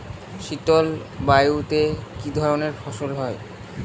শীতল জলবায়ুতে কি ধরনের ফসল হয়?